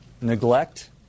neglect